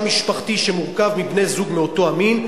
משפחתי שמורכב מבני-זוג מאותו מין,